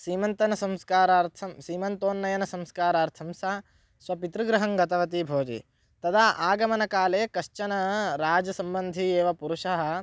सीमन्तसंस्कारार्थं सीमन्तोन्नयनसंस्कारार्थं सा स्वपितृ गृहं गतवती भवति तदा आगमनकाले कश्चन राजसम्बन्धि एव पुरुषः